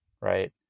right